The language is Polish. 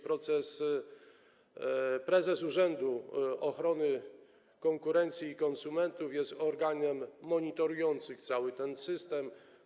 Prezes Urzędu Ochrony Konkurencji i Konsumentów jest organem monitorującym cały ten system.